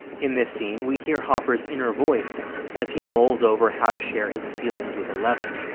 in this scene, we hear hopper's inner voice as he mulls over how to share his feelings with eleven